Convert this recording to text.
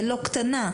קטנה.